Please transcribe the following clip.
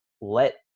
let